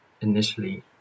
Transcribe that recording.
initially